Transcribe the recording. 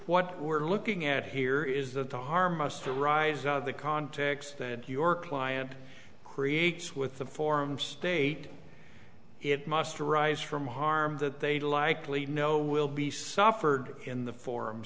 what we're looking at here is that to harm us to rise out of the context that your client creates with the forms state it must arise from harm that they likely know will be suffered in the for